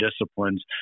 disciplines